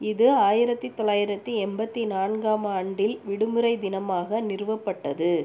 இது ஆயிரத்தி தொள்ளாயிரத்தி எண்பத்தி நான்காம் ஆண்டில் விடுமுறை தினமாக நிறுவப்பட்டது